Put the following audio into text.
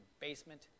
basement